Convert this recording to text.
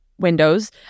windows